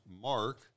Mark